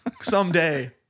Someday